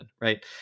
right